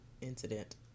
incident